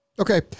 Okay